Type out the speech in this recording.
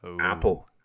Apple